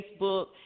Facebook